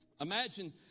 imagine